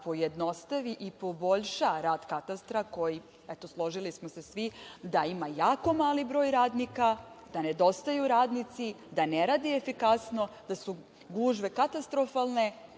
pojednostavi i poboljša rad Katastra koji, eto složili smo se svi, da ima jako mali broj radnika, da nedostaju radnici, da ne rade efikasno, da su gužve katastrofalne,